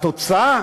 התוצאה